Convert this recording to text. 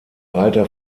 alter